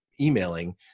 emailing